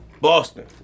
Boston